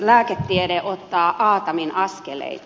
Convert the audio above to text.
lääketiede ottaa aataminaskeleita